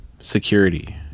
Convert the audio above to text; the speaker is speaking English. security